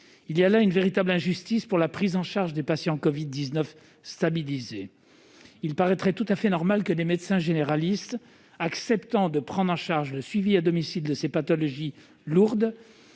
il y a là une véritable injustice pour la prise en charge des patients Covid 19 stabilisé, il paraîtrait tout à fait normal que les médecins généralistes, acceptant de prendre en charge le suivi à domicile de ces pathologies lourdes